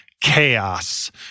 Chaos